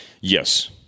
Yes